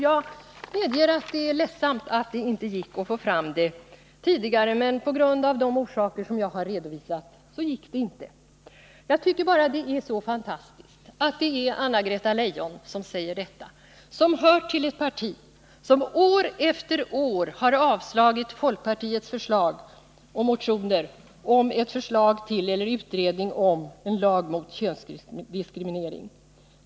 Jag medeger att det är ledsamt att det inte gick att få fram ett beslut tidigare, men av de orsaker som jag har redovisat var det inte möjligt. Jag tycker bara att det är så fantastiskt att det är Anna-Greta Leijon som säger detta, som hör till ett parti som år efter år har avslagit folkpartiets motioner om försl ag till lag eller utredning om en lag mot könsdiskriminering.